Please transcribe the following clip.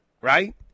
Right